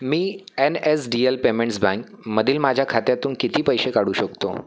मी N S D L payments bank मधील माझ्या खात्यातून किती पैसे काढू शकतो